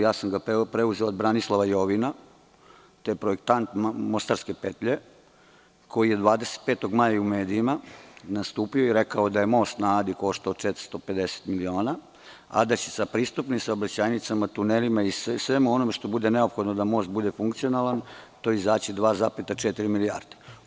Ja sam ga preuzeo od Branislava Jovina, to je projektant „Mostarske petlje“ koji je 25. maja u medijima nastupio i rekao da je Most na Adi koštao 450 miliona, a da će sa pristupnim saobraćajnicama, tunelima i svemu onome što bude neophodno da most bude funkcionalan, to izaći 2,4 milijarde.